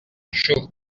chou